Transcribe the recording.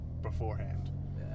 beforehand